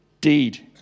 deed